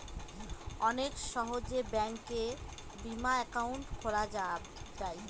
অনেক সহজে ব্যাঙ্কে বিমা একাউন্ট খোলা যায়